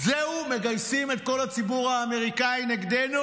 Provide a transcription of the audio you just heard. זהו, מגייסים את כל הציבור האמריקאי נגדנו,